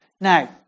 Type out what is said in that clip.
Now